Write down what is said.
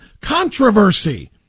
controversy